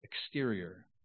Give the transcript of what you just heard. exterior